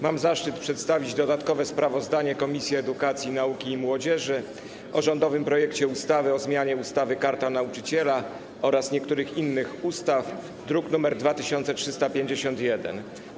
Mam zaszczyt przedstawić dodatkowe sprawozdanie Komisji Edukacji, Nauki i Młodzieży o rządowym projekcie ustawy o zmianie ustawy - Karta Nauczyciela oraz niektórych innych ustaw, druk nr 2351.